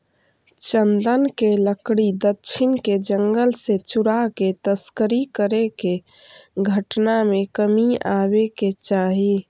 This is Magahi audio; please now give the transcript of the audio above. चन्दन के लकड़ी दक्षिण के जंगल से चुराके तस्करी करे के घटना में कमी आवे के चाहि